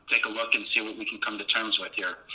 like a look and see what we can come to terms with here.